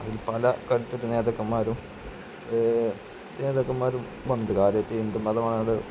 അതിൽ പല കരുത്തുറ്റ നേതാക്കന്മാരും നേതാക്കന്മാരുമുണ്ട് കാര്യമായിട്ട് ഹിന്ദുമതമാണ്